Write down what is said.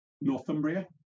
Northumbria